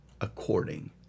according